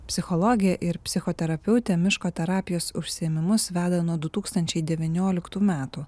psichologijė ir psichoterapeutė miško terapijos užsiėmimus veda nuo du tūkstančiai devynioliktų metų